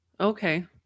Okay